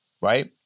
right